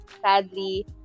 sadly